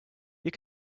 you